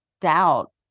doubt